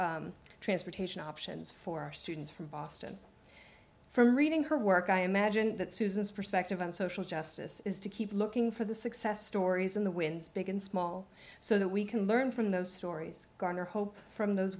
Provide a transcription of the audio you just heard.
transportation options for our students from boston from reading her work i imagine that susan's perspective on social justice is to keep looking for the success stories in the winds big and small so that we can learn from those stories garner hope from those